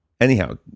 Anyhow